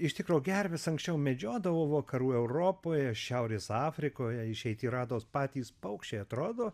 iš tikro gerves anksčiau medžiodavo vakarų europoje šiaurės afrikoje išeitį rado patys paukščiai atrodo